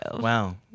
Wow